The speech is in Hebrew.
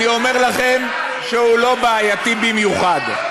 אני אומר לכם שהוא לא בעייתי במיוחד.